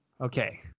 Okay